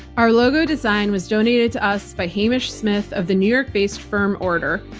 our logo design was donated to us by hamish smyth of the new york based firm, order.